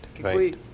Right